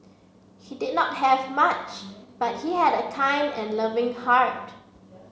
he did not have much but he had a kind and loving heart